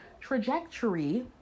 trajectory